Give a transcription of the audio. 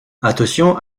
attention